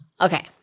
Okay